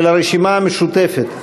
של הרשימה המשותפת: